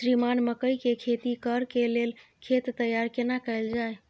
श्रीमान मकई के खेती कॉर के लेल खेत तैयार केना कैल जाए?